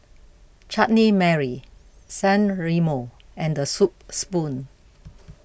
Chutney Mary San Remo and the Soup Spoon